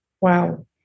Wow